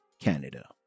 canada